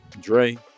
dre